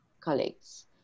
colleagues